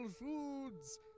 foods